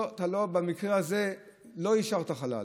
במקרה הזה לא השארת חלל,